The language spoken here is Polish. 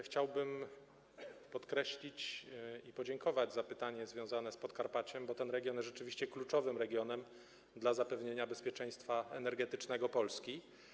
Chciałbym podziękować za pytanie związane z Podkarpaciem, bo ten region jest rzeczywiście kluczowym regionem dla zapewnienia bezpieczeństwa energetycznego Polski.